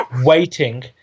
waiting